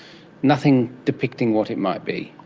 nothing depicting what it might be.